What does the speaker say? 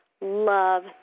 love